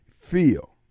feel